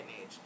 age